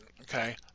okay